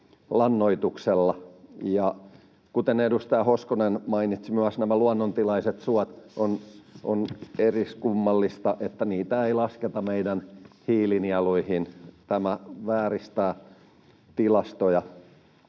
lannoituksella. Ja kuten edustaja Hoskonen mainitsi myös nämä luonnontilaiset suot, niin on eriskummallista, että niitä ei lasketa meidän hiilinieluihin. Tämä vääristää tilastoja.